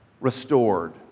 restored